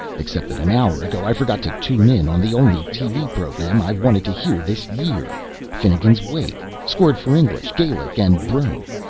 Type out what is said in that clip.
except that an hour ago i forgot to tune in on the only tv program i've wanted to hear this year finnegans wake scored for english, gaelic and brogue.